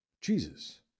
Jesus